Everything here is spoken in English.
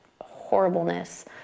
horribleness